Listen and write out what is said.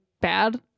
bad